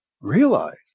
Realize